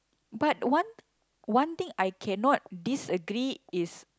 but one one thing I cannot disagree is